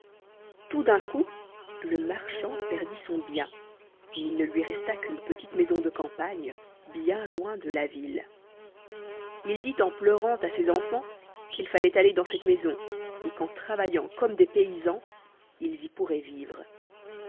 tout d'un coup le marchand perdit son bien et il ne lui resta qu'une petite maison de campagne bien loin de la ville il dit en pleurant à ses enfans qu'il fallait aller demeurer dans cette maison et qu'en travaillant comme des paysans ils y pourraient vivre